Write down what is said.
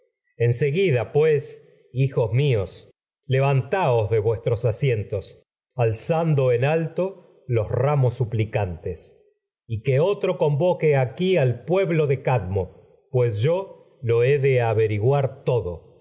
seguida pues en hijos míos levan ramos su de vuestros asientos alzando alto los plicantes pues o nos y que otro convoque aquí al pueblo de cadmo y no yo lo he de averiguar todo